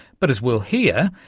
but as we'll hear,